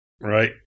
Right